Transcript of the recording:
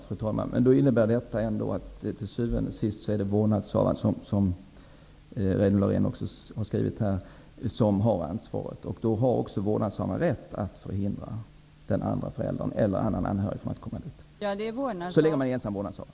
Fru talman! Då innebär detta att det till syvende och sist ändå är -- som statsrådet Laurén också har skrivit -- vårdnadshavaren som har ansvaret. Då har vårdnadshavaren också rätt att hindra den andre föräldern eller annan anhörig att komma till skolan.